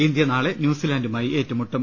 India നാളെ ന്യൂസിലാന്റുമായി ഏറുമുട്ടും